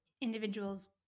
individuals